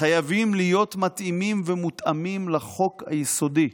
חייבים להיות מתאימים ומתואמים לחוק היסודי,